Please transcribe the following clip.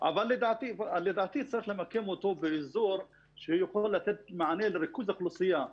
לדעתי צריך למקם אותו באזור שיכול לתת מענה לריכוז האוכלוסייה.